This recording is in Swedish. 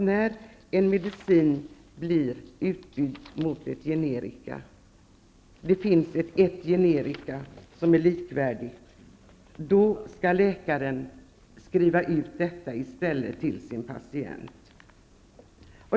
När en medicin blir utbytt mot ett likvärdigt generiskt läkemedel, skall läkaren skriva ut detta till sin patient.